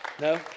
No